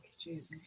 Jesus